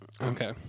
okay